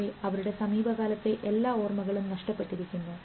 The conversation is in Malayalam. പക്ഷേ അവരുടെ സമീപകാലത്തെ എല്ലാ ഓർമ്മകളും നഷ്ടപ്പെട്ടിരിക്കുന്നു